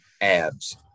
abs